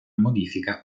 modifica